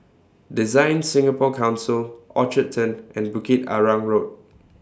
Design Singapore Council Orchard Turn and Bukit Arang Road